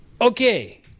Okay